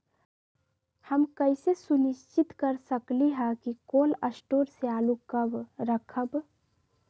हम कैसे सुनिश्चित कर सकली ह कि कोल शटोर से आलू कब रखब?